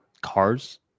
cars